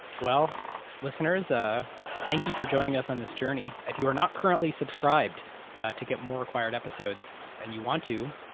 listeners, ah thank you for joining us on this journey. if you are not currently subscribed to get more acquired episodes and you want to,